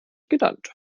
genannt